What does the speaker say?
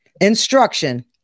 instruction